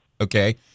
okay